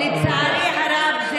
לצערי הרב,